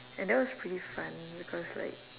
and that was pretty fun because like